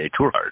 tour